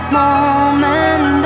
moment